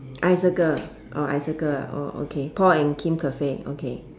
I circle oh I circle ah oh okay paul and kim cafe okay